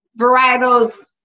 varietals